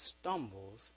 stumbles